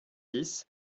dix